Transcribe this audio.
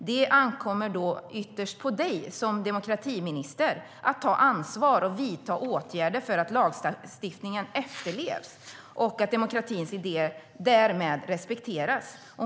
Det ankommer då ytterst på dig som demokratiminister, Alice Bah Kuhnke, att ta ansvar och vidta åtgärder för att lagstiftningen efterlevs och att demokratins idéer därmed respekteras.